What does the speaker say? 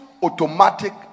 Automatic